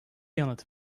yanıt